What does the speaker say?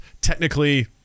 Technically